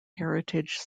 heritage